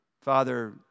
Father